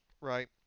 right